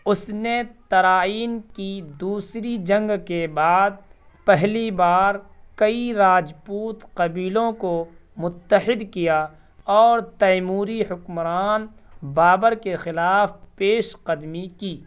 اس نے ترائین کی دوسری جنگ کے بعد پہلی بار کئی راجپوت قبیلوں کو متحد کیا اور تیموری حکمران بابر کے خلاف پیش قدمی کی